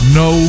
no